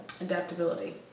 Adaptability